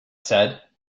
said